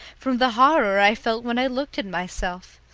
from the horror i felt when i looked at myself.